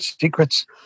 secrets